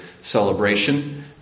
celebration